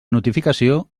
notificació